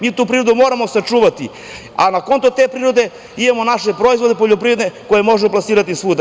Mi tu prirodu moramo sačuvati, a na konto te prirode imamo naše proizvode poljoprivredne koje možemo plasirati svuda.